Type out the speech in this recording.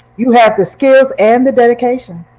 you have the skills and the dedication.